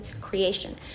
creation